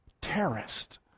terrorist